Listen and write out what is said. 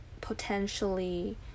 potentially